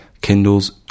Kindles